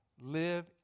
live